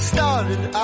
Started